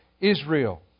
israel